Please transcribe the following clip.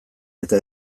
eta